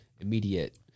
immediate